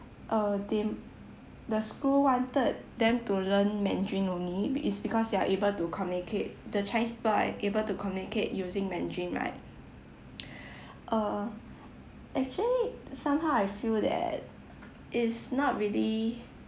uh they the school wanted them to learn mandarin only be~ it's because they are able to communicate the chinese people are able to communicate using mandarin right uh actually somehow I feel that it's not really